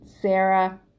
sarah